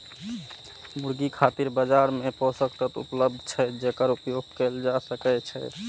मुर्गी खातिर बाजार मे पोषक तत्व उपलब्ध छै, जेकर उपयोग कैल जा सकैए